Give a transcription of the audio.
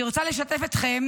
אני רוצה לשתף אתכם